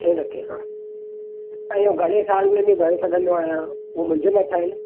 अठे टके सां ऐं इहो घणे साल में बि भरे सघंदो आयां उहो मुंहिंजे मथां आहिनि